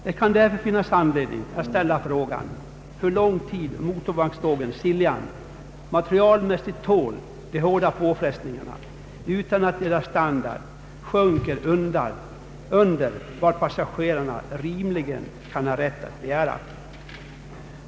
Det kan därför finnas anledning att ställa frågan hur lång tid motorvagnstågen Siljan materialmässigt tål de hårda påfrestningarna utan att deras standard sjunker under vad passagerarna rimligen kan ha rätt att begära.